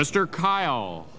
mr kyle